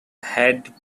had